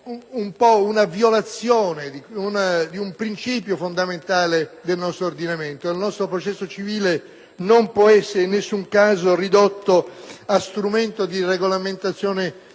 una violazione di un principio fondamentale del nostro ordinamento: il nostro processo civile non può essere in nessun caso ridotto esclusivamente a strumento di regolamentazione